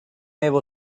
able